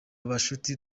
bucuti